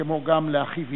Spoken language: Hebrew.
כמו גם לאחיו עידו,